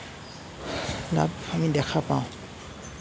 লাভ আমি দেখা পাওঁ